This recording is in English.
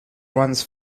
runs